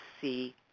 see